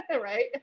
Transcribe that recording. right